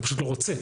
אני פשוט לא רוצה.